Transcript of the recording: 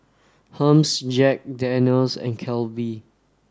Hermes Jack Daniel's and Calbee